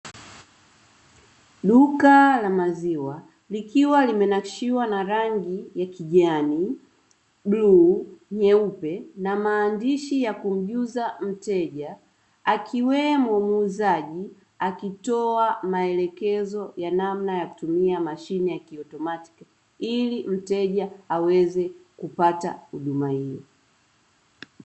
Duka la maziwa likiwa limenakshiwa na rangi ya kijani, bluu, nyeupe na maandishi ya kumjuza mteja akiwemo muuzaji akitoa maelekezo ya namna ya kutumia mashine ya kiotomatiki ili mteja aweze kupata huduma hiyo.